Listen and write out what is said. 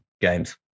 games